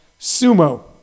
Sumo